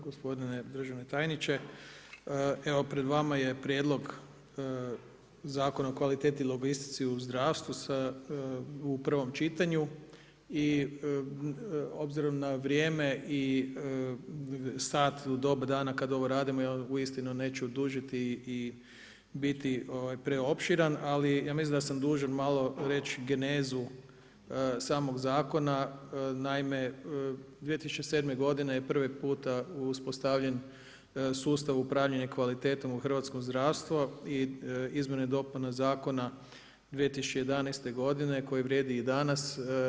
Gospodine državni tajniče, evo pred vama je prijedlog Zakon o kvaliteti i logistiki u zdravstvu, u prvom čitanju i obzirom na vrijeme i sat, doba dana kad ovo radimo, ja vam uistinu neću dužiti i biti preopširan, ali ja mislim da sam dužan reći genezu, samog zakona, naime 2007. g. je prvi puta uspostavljen sustav upravljanja kvalitetom u hrvatsko zdravstvo i izmjena i dopuna Zakona 2011. g. koja vrijedi i danas.